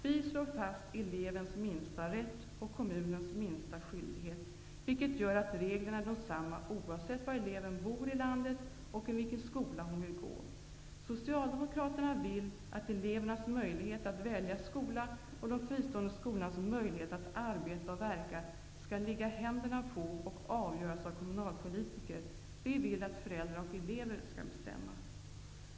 Vi slår fast elevens minsta rätt och kommunens minsta skyldighet, vilket gör att reglerna är desamma oavsett var i landet eleven bor och i vilken skola hon vill gå. Socialdemokraterna vill att elevernas möjlighet att välja skola och de fristående skolornas möjlighet att arbeta och verka skall ligga i händerna på och avgöras av kommunalpolitiker. Vi vill att föräldrar och elever skall bestämma.